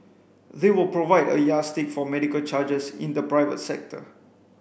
they will provide a yardstick for medical charges in the private sector